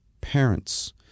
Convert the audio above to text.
Parents